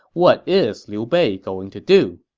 what is liu bei going to do?